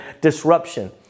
Disruption